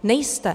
Nejste.